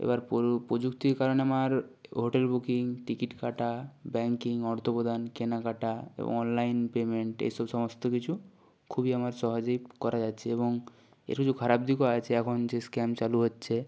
এবার পোরো প্রযুক্তির কারণে আমার হোটেল বুকিং টিকিট কাটা ব্যাংকিং অর্থ প্রদান কেনা কাটা এবং অনলাইন পেমেন্ট এসব সমস্ত কিছু খুবই আমার সহজেই করা যাচ্ছে এবং এর কিছু খারাপ দিকও আছে এখন যে স্ক্যাম চালু হচ্ছে